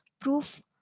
proof